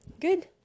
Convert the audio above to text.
Good